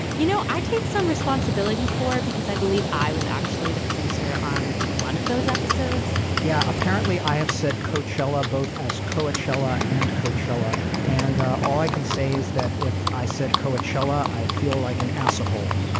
you know, i take some responsibility for because i believe i was actually the producer on one of those episodes yeah. apparently i have said coachella both as coachella and coachella. coachella. and ah all i can say is that if i said coachella, i feel like an asshole.